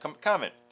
comment